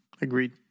agreed